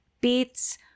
beets